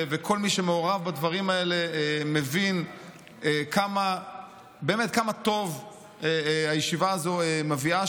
וכל מי שמעורב בדברים האלה מבין באמת כמה טוב הישיבה הזו מביאה